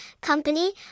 company